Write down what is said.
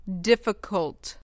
Difficult